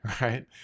right